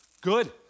Good